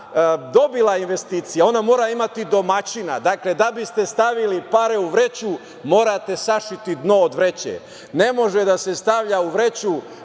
dobila investicije ona mora imati domaćina. Dakle, da biste stavili pare u vreću morate sašiti dno od vreće. Ne može da se stavlja u vreću